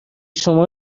شما